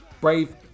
Brave